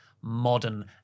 modern